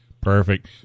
Perfect